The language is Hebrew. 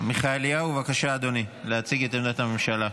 עמיחי אליהו, בבקשה, אדוני, להציג את עמדת הממשלה.